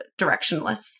directionless